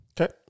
Okay